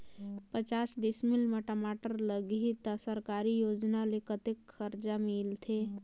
पचास डिसमिल मा टमाटर लगही त सरकारी योजना ले कतेक कर्जा मिल सकथे?